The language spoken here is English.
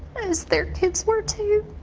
as their kids were too.